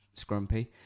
scrumpy